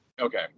Okay